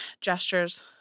gestures